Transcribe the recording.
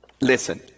Listen